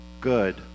good